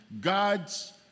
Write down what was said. God's